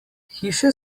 hiše